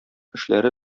эшләре